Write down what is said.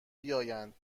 بیایند